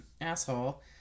asshole